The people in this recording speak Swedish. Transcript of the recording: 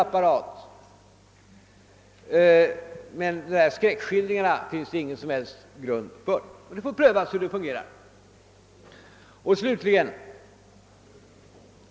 Några skräckskildringar finns det emellertid ingen som helst grund för. Vi får pröva hur systemet kommer att fungera.